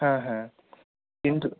হ্যাঁ হ্যাঁ কিন্তু